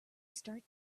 start